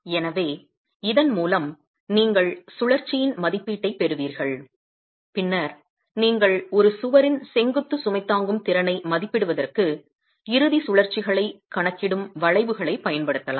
எனவே இதன் மூலம் நீங்கள் சுழற்சியின் மதிப்பீட்டைப் பெறுவீர்கள் பின்னர் நீங்கள் ஒரு சுவரின் செங்குத்து சுமை சுமக்கும் திறனை மதிப்பிடுவதற்கு இறுதி சுழற்சிகளைக் rotationsகணக்கிடும் வளைவுகளைப் பயன்படுத்தலாம்